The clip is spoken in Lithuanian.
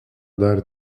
dar